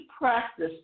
practice